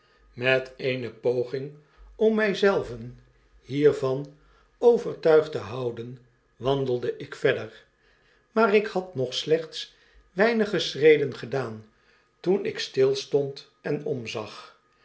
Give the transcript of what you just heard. met eene poging om my zelven hiervan overtuigd te houden wandelde ik verder maar ik had nog slechts weinige schreden gedaan toen ik stilstond en omzag